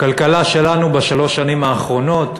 הכלכלה שלנו בשלוש השנים האחרונות,